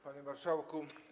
Panie Marszałku!